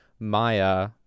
maya